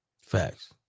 Facts